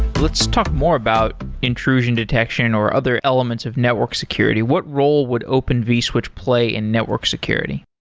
let's talk more about intrusion detection, or other elements of network security. what role would open vswitch play in network security?